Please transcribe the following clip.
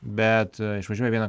bet išvažiuoju vieną